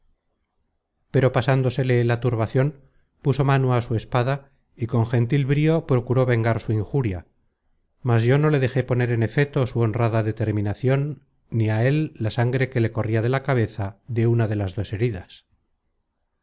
pero pasándosele la turbacion puso mano á su espada y con gentil brío procuró vengar su injuria mas yo no le dejé poner en efeto su honrada determinacion ni á él la sangre que le corria de la cabeza de una de las dos heridas